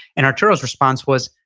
and arturo's response was,